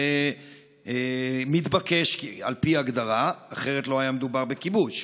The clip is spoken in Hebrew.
זה מתבקש על פי הגדרה, אחרת לא היה מדובר בכיבוש.